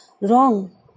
wrong